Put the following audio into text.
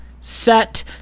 set